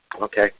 okay